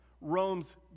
Rome's